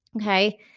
Okay